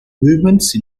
movements